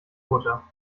butter